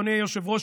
אדוני היושב-ראש,